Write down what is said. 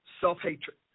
Self-hatred